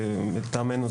לטעמנו,